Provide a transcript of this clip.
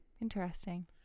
Interesting